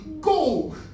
Go